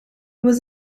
was